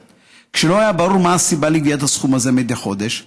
ולא היה ברור מה הסיבה לגביית הסכום הזה מדי חודש.